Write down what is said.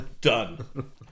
Done